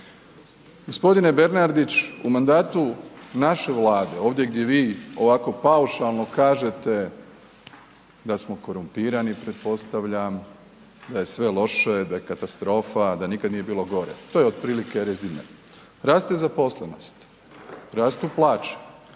Gospodine Bernardić u mandatu naše vlade, ovdje gdje vi ovako paušalo kažete da smo korumpirani pretpostavljam, da je sve loše da je katastrofa, da nikad nije bilo gore, to je otprilike rezime. Raste zaposlenost, rastu plaće,